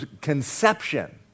conception